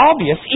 obvious